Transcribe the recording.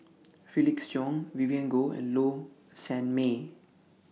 Felix Cheong Vivien Goh and Low Sanmay